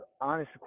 Honest